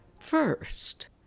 First